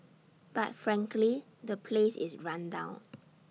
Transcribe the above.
but frankly the place is run down